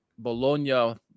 Bologna